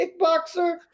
kickboxer